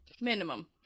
Minimum